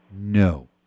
no